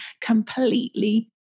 completely